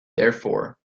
therefore